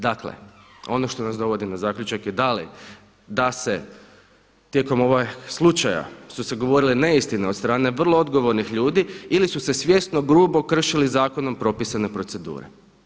Dakle, ono što nas dovodi na zaključak je da li da se tijekom ovog slučaja su se govorile neistine od strane vrlo odgovornih ljudi ili su se svjesno, grubo kršili zakonom propisane procedure.